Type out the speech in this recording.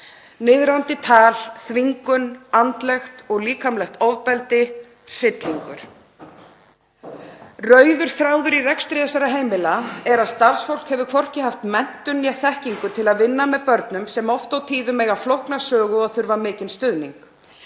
Niðrandi tal, þvingun, andlegt og líkamlegt ofbeldi, hryllingur. Rauður þráður í rekstri þessara heimila er að starfsfólk hefur hvorki haft menntun né þekkingu til að vinna með börnum sem oft og tíðum eiga flókna sögu og þurfa mikinn stuðning.